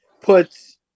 puts